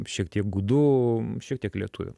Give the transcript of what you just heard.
šiek tiek gudų šiek tiek lietuvių